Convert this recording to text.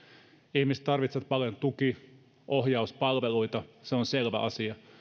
ihmiset tarvitsevat paljon tuki ohjauspalveluita se on selvä asia